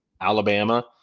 Alabama